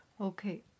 Okay